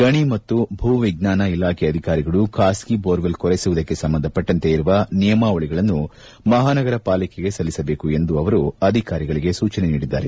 ಗಣಿ ಮತ್ತು ಭೂ ವಿಜ್ಞಾನ ಇಲಾಖೆ ಅಧಿಕಾರಿಗಳು ಖಾಸಗಿ ಬೊರ್ವೆಲ್ ಕೊರೆಸುವುದಕ್ಕೆ ಸಂಬಂಧಪಟ್ಟಂತೆ ಇರುವ ನಿಯಮಾವಳಿಗಳನ್ನು ಮಹಾನಗರ ಪಾಲಿಕೆಗೆ ಸಲ್ಲಿಸಬೇಕು ಎಂದೂ ಅವರು ಅಧಿಕಾರಿಗಳಿಗೆ ಸೂಚನೆ ನೀಡಿದರು